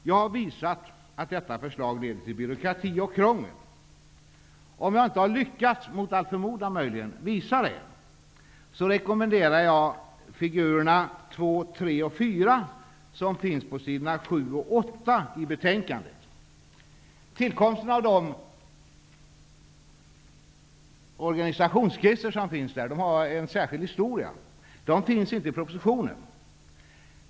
Jag har visat att detta förslag kommer att leda till byråkrati och krångel. Om jag mot all förmodan inte har lyckats visa det, rekommenderar jag fig. 2, 3 och 4 på s. 7 och 8 i betänkandet. Dessa organisationsskisser har en särskild historia. De fanns inte med i propositionen.